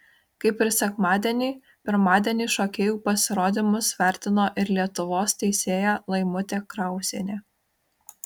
kaip ir sekmadienį pirmadienį šokėjų pasirodymus vertino ir lietuvos teisėja laimutė krauzienė